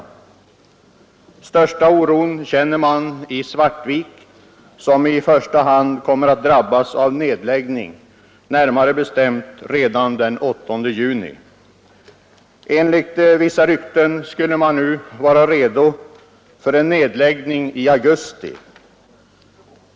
Den största oron känner man i Svartvik, som i första hand kommer att drabbas av nedläggningen, närmare bestämt redan den 8 juni. Enligt vissa rykten skulle man nu vara redo för en nedläggning först i augusti.